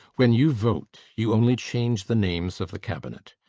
when you vote, you only change the names of the cabinet.